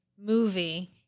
movie